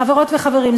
חברות וחברים,